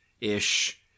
ish